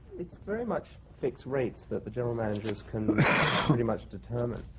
it's very much fixed rates, that the general managers can pretty much determine.